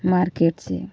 market से